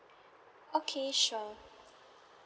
okay sure